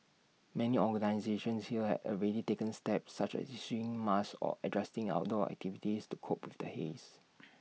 many organisations here have already taken steps such as issuing masks or adjusting outdoor activities to cope with the haze